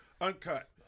Uncut